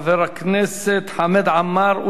חבר הכנסת חמד עמאר,